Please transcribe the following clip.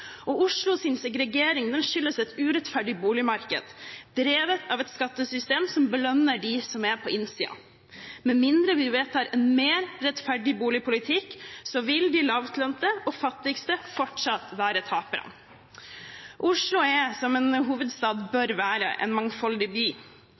segregering skyldes et urettferdig boligmarked drevet av et skattesystem som belønner dem som er på innsiden. Med mindre vi vedtar en mer rettferdig boligpolitikk, vil de lavtlønte og fattigste fortsatt være taperne. Oslo er, som en hovedstad